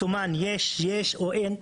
מסומן אם יש או אין.